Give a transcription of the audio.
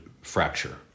fracture